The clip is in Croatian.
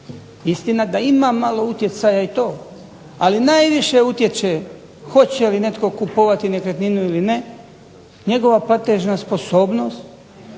Istina da ima malo utjecaja i to, ali najviše utječe hoće li netko kupovati nekretninu ili ne njegova platežna sposobnost,